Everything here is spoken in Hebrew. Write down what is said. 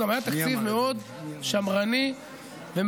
הוא גם היה תקציב מאוד שמרני ומרוסן,